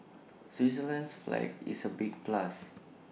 Switzerland's flag is A big plus